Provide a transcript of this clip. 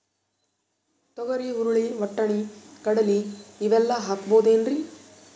ತೊಗರಿ, ಹುರಳಿ, ವಟ್ಟಣಿ, ಕಡಲಿ ಇವೆಲ್ಲಾ ಹಾಕಬಹುದೇನ್ರಿ?